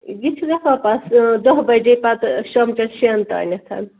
یہِ چھُ گژھان پَتہٕ دَہ بَجے پَتہٕ شامچَن شیٚن تانٮ۪تھ